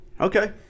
Okay